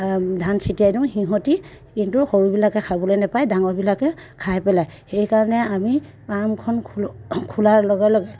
ধান চটিয়াই দিওঁ সিহঁতে কিন্তু সৰুবিলাকে খাবলৈ নাপায় ডাঙৰবিলাকে খাই পেলাই সেইকাৰণে আমি ফাৰ্মখন খোল খোলাৰ লগে লগে